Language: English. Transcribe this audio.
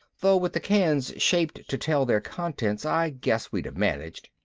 though with the cans shaped to tell their contents i guess we'd have managed.